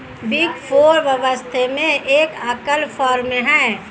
big four वास्तव में एक एकल फर्म है